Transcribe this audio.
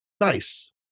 nice